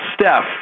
Steph